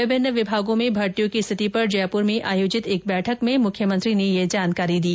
विभिन्न विभागों में मर्तियों की स्थिति पर जयपुर में आयोजित एक बैठक में मुख्यमंत्री ने यह जानकारी दी